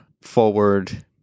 forward